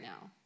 now